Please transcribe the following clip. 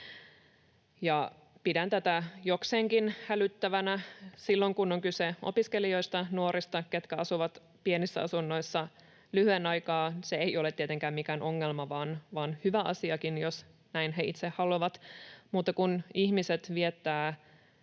pidän tätä jokseenkin hälyttävänä. Silloin kun on kyse opiskelijoista, nuorista, ketkä asuvat pienissä asunnoissa lyhyen aikaa, se ei ole tietenkään mikään ongelma vaan hyvä asiakin, jos näin he itse haluavat, mutta kun ihmiset asuvat